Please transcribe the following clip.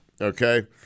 okay